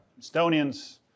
Estonians